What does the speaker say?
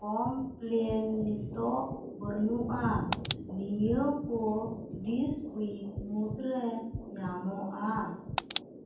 complain ᱱᱤᱚᱛᱚᱜ ᱵᱟᱹᱱᱩᱜᱼᱟ ᱱᱤᱭᱟᱹᱠᱚ ᱫᱤᱥ ᱩᱭᱤᱠ ᱢᱩᱫᱽᱨᱮ ᱧᱟᱢᱚᱜᱼᱟ